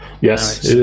Yes